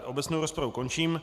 Obecnou rozpravu končím.